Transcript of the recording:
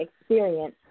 experience